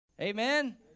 amen